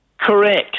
Correct